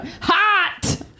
Hot